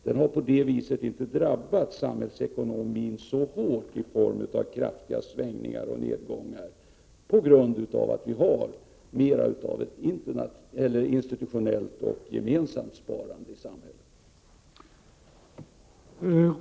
Den har inte drabbat samhällsekonomin så hårt i form av kraftiga svängningar och nedgångar just på grund av att vi har mera av ett institutionellt och gemensamt sparande i vårt samhälle.